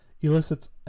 elicits